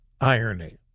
irony